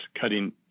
cutting